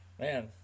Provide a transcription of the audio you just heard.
man